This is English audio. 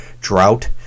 drought